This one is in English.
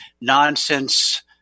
nonsense